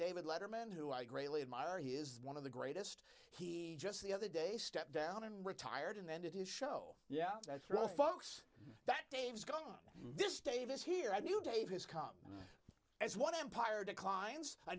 david letterman who i greatly admire he is one of the greatest he just the other day stepped down and retired and then did his show yeah that's right folks that dave's gone this davis here on new day has come as one empire declines a